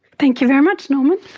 thank you very much norman,